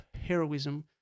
heroism